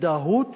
הזדהות